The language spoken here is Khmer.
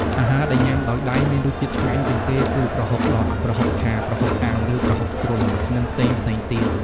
អាហារដែលញ៉ាំដោយដៃមានរសជាតិឆ្ងាញ់ជាងគេគឺ ប្រហុកដុត ប្រហុកឆា ប្រហុកអាំង ឬប្រហុកជ្រុញ និងផ្សេងៗទៀត។